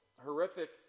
horrific